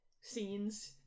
scenes